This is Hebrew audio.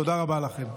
תודה רבה לכם.